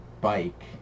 bike